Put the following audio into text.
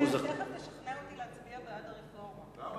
תיכף תשכנע אותי להצביע בעד הרפורמה.